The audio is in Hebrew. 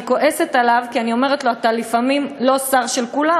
אני כועסת עליו כי אני אומרת לו: אתה לפעמים לא שר של כולם,